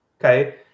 okay